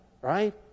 Right